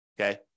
okay